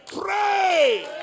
pray